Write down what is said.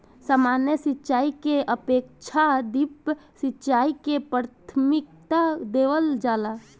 सामान्य सिंचाई के अपेक्षा ड्रिप सिंचाई के प्राथमिकता देवल जाला